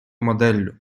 моделлю